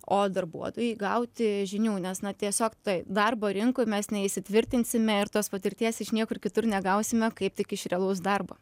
o darbuotojai gauti žinių nes na tiesiog tai darbo rinkoje mes ne įsi tvirtinsime ir tos patirties iš niekur kitur negausime kaip tik iš realaus darbo